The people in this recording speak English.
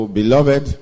beloved